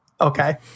okay